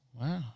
Wow